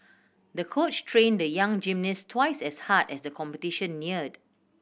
the coach trained the young gymnast twice as hard as the competition neared